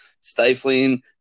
stifling